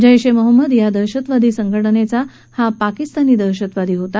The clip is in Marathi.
जध्वए मोहम्मद या दहशहतवादी संघटनेचा हा पाकिस्तानी दहशतवादी होता